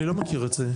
אני לא מכיר את זה.